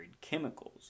chemicals